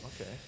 Okay